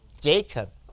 Jacob